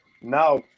Now